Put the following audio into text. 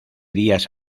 días